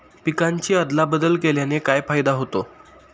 पिकांची अदला बदल केल्याने काय फायदा होतो?